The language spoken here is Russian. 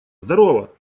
здорово